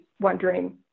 wondering